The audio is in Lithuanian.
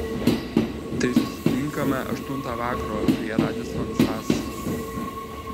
tai susitinkame aštuntą vakaro prie radisson sas